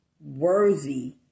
worthy